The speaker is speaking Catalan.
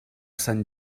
sant